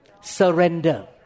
Surrender